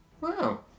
Wow